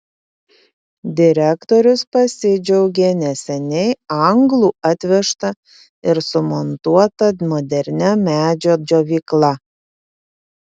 direktorius pasidžiaugė neseniai anglų atvežta ir sumontuota modernia medžio džiovykla